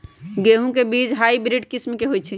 गेंहू के बीज हाइब्रिड किस्म के होई छई?